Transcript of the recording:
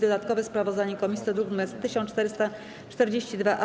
Dodatkowe sprawozdanie komisji to druk nr 1442-A.